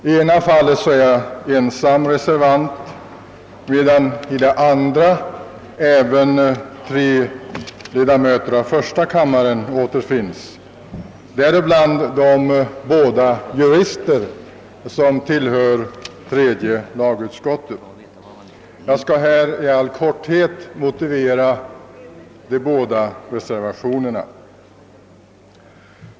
I det ena fallet är jag ensam reservant, medan i det andra även tre ledamöter av första kammaren återfinns, däribland de båda jurister som tillhör tredje lagutskottet. Jag skall i all korthet motivera de bägge reservationerna.